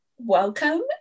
welcome